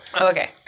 okay